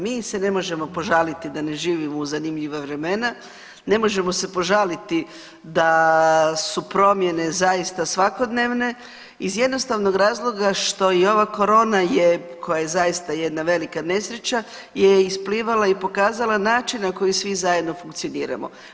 Mi se ne možemo požaliti da ne živimo u zanimljiva vremena, ne možemo se požaliti da su promjene zaista svakodnevne iz jednostavnog razloga što i ova corona je koja je zaista jedna velika nesreća je isplivala i pokazala način na koji svi zajedno funkcioniramo.